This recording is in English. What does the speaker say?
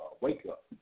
wake-up